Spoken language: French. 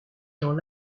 gens